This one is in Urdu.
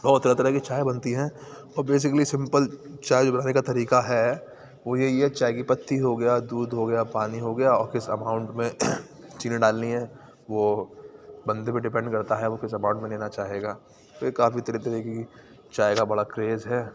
اور طرح طرح کی چائے بنتی ہیں اور بیسکلی سمپل چائے جو بنانے کا طریقہ ہے وہ یہی ہے چائے کی پتّی ہو گیا دودھ ہو گیا پانی ہو گیا اور کس اماؤنٹ میں چینی ڈالنی ہے وہ بندے پہ ڈپنیڈ کرتا ہے وہ کس اماؤنٹ میں لینا چاہے گا تو یہ کافی طرح طرح کی چائے کا بڑا کریز ہے